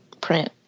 print